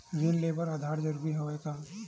ऋण ले बर आधार जरूरी हवय का?